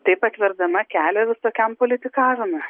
taip atverdama kelią visokiam politikavimui